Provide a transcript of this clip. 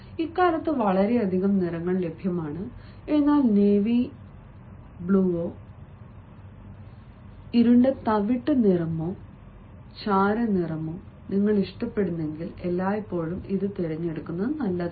ഇക്കാലത്ത് വളരെയധികം നിറങ്ങൾ ലഭ്യമാണ് എന്നാൽ നേവി നീല നിറമോ ഇരുണ്ട തവിട്ട് നിറമോ ചാരനിറമോ നിങ്ങൾ ഇഷ്ടപ്പെടുന്നെങ്കിൽ എല്ലായ്പ്പോഴും നല്ലതാണ്